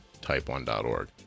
type1.org